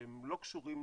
שהם לא שוּקִיים,